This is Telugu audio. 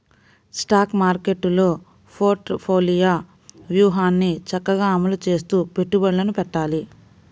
స్టాక్ మార్కెట్టులో పోర్ట్ఫోలియో వ్యూహాన్ని చక్కగా అమలు చేస్తూ పెట్టుబడులను పెట్టాలి